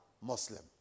Muslim